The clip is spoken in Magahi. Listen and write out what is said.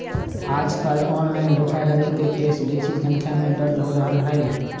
याजकाल ऑनलाइन धोखाधड़ी के केस बेशी संख्या में दर्ज हो रहल हइ